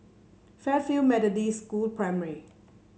Fairfield Methodist School Primary